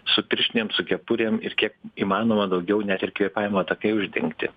su pirštinėm su kepurėm ir kiek įmanoma daugiau net ir kvėpavimo takai uždengti